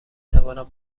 توانم